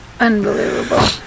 Unbelievable